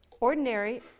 ordinary